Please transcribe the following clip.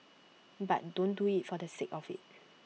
but don't do IT for the sake of IT